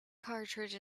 cartridge